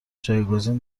جایگزین